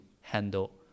handle